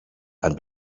and